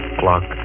clock